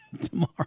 tomorrow